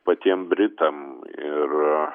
patiem britam ir